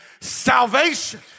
salvation